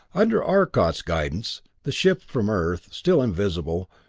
under arcot's guidance the ship from earth, still invisible,